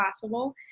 possible